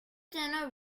dinner